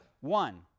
One